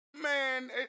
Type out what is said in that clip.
man